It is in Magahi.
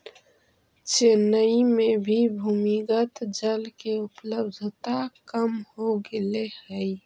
चेन्नई में भी भूमिगत जल के उपलब्धता कम हो गेले हई